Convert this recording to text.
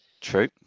True